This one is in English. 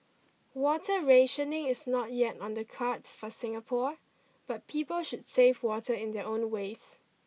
water rationing is not yet on the cards for Singapore but people should save water in their own ways